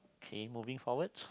okay moving forward